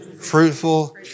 fruitful